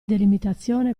delimitazione